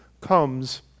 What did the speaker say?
comes